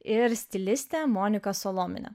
ir stilistė monika solominė